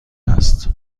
است